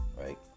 right